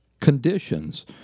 Conditions